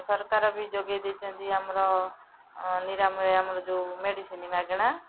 ସରକାର ବି ଯୋଗେଇ ଦେଇଛନ୍ତି ଆମର ନିରାମୟ ଆମର ଯେଉଁ ମେଡ଼ିସିନ୍ ମାଗଣା